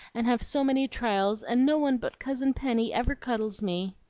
and have so many trials, and no one but cousin penny ever cuddles me.